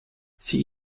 sie